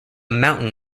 mountain